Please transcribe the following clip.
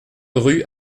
rue